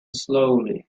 slowly